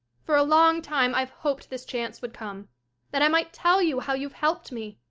for a long time i've hoped this chance would come that i might tell you how you've helped me,